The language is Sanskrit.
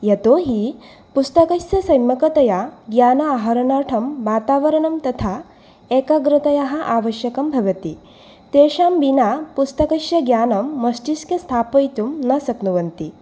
यतोहि पुस्तकस्य सम्यक्तया ज्ञान आहरणार्थं वातावरणं तथा एकाग्रतयाः आवश्यकं भवति तेषां विना पुस्तकस्य ज्ञानं मस्तिष्के स्थापयितुं न शक्नुवन्ति